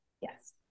Yes